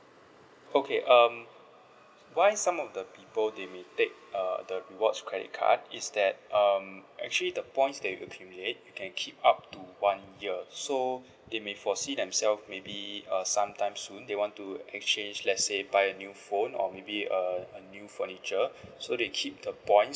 okay um why some of the people they may take uh the rewards credit card is that um actually the points they accumulate you can keep up to one year so they may foresee themselves maybe uh sometimes soon they want to exchange let's say buy a new phone or maybe a a new furniture so they keep the points